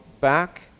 back